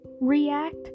react